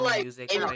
music